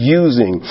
using